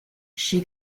she